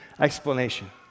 explanation